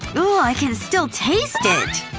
i can still taste it!